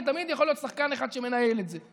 כי תמיד יכול להיות שחקן אחד שמנהל את זה,